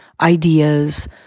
ideas